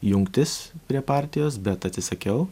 jungtis prie partijos bet atsisakiau